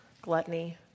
gluttony